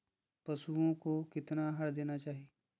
पशुओं को कितना आहार देना चाहि?